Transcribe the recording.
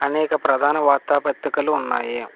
అనేక ప్రధాన వార్తా పత్రికలూ ఉన్నాయి